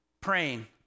praying